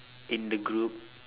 in the group